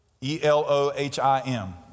E-L-O-H-I-M